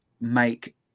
make